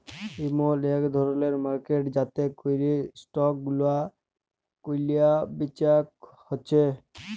ইমল ইক ধরলের মার্কেট যাতে ক্যরে স্টক গুলা ক্যালা বেচা হচ্যে